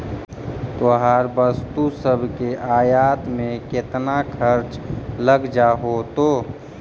तोहर वस्तु सब के आयात में केतना खर्चा लग जा होतो?